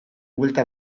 buelta